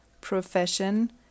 profession